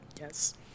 Yes